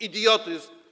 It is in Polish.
Idiotyzm.